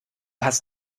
hast